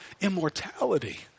immortality